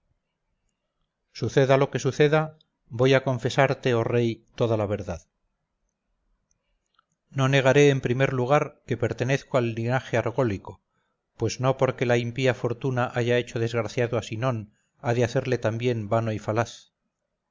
suceda lo que suceda voy a confesarte oh rey toda la verdad no negaré en primer lugar que pertenezco al linaje argólico pues no porque la impía fortuna haya hecho desgraciado a sinón ha de hacerle también vano y falaz